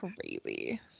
Crazy